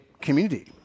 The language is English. community